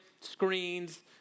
screens